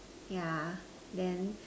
yeah then